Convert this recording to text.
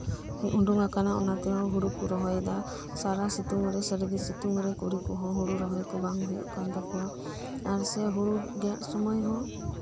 ᱳᱸᱰᱳᱝ ᱟᱠᱟᱱᱟ ᱚᱱᱟᱛᱮᱦᱚᱸ ᱦᱳᱲᱳᱠᱚ ᱨᱚᱦᱚᱭ ᱮᱫᱟ ᱥᱟᱨᱟ ᱥᱮᱛᱳᱝ ᱨᱮ ᱥᱟᱹᱨᱫᱤ ᱥᱮᱛᱳᱝ ᱨᱮ ᱠᱩᱲᱤ ᱠᱚᱦᱚᱸ ᱦᱳᱲᱳ ᱨᱚᱦᱚᱭ ᱠᱚ ᱵᱟᱝ ᱦᱳᱭᱳᱜ ᱠᱟᱱᱛᱟᱠᱚᱣᱟ ᱟᱨ ᱥᱮ ᱦᱩᱲᱩ ᱜᱮᱫ ᱥᱳᱢᱳᱭ ᱦᱚᱸ